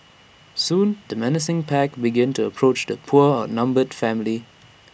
soon the menacing pack began to approach the poor outnumbered family